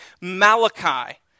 Malachi